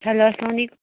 hello اَسلامُ علیکُم